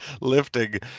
lifting